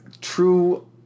true